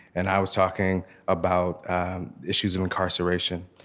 and i was talking about issues of incarceration,